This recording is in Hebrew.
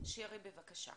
שירי בבקשה.